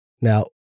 Now